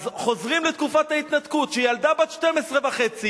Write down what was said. אז חוזרים לתקופת ההתנתקות, שילדה בת 12.5,